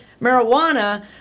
marijuana